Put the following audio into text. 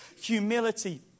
humility